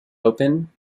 open